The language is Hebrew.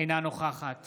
אינה נוכחת